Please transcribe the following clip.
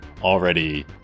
already